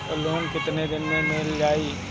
Loan कितना दिन में मिल जाई?